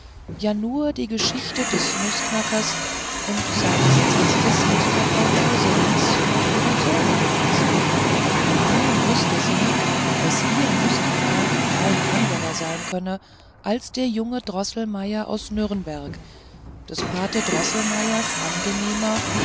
ja nur die geschichte des nußknackers und seines zwistes mit der frau mauserinks und ihrem sohne gewesen nun wußte sie daß ihr nußknacker kein anderer sein könne als der junge droßelmeier aus nürnberg des pate droßelmeiers angenehmer